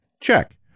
Check